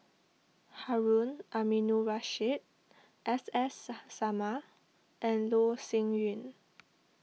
Harun Aminurrashid S S Sarma and Loh Sin Yun